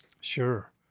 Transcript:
Sure